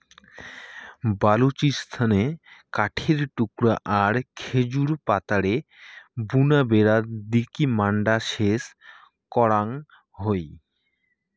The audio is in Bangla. বালুচিস্তানে কাঠের টুকরা আর খেজুর পাতারে বুনা বেড়া দিকি মাড্ডা সেচ করাং হই